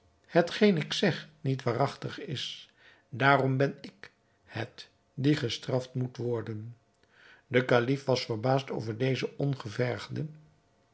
hetgeen ik zeg niet waarachtig is daarom ben ik het die gestraft moet worden de kalif was verbaasd over dezen